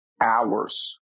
hours